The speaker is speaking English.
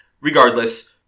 Regardless